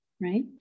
right